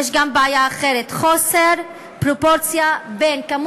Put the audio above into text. יש גם בעיה אחרת: חוסר פרופורציה בין מספר